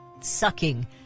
sucking